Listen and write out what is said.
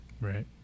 Right